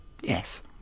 Yes